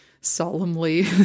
solemnly